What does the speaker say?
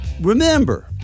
remember